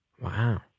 wow